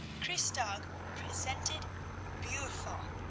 christtag presented buful!